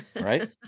Right